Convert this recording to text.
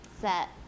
Set